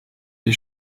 die